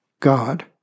God